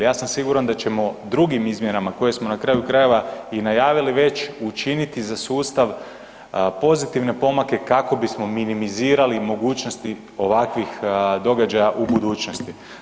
Ja sam siguran da ćemo drugim izmjenama koje smo na kraju krajeva i najavili, već učiniti za sustav pozitivne pomake kako bismo minimizirali mogućnosti ovakvih događaja u budućnosti.